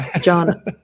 John